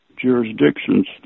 jurisdictions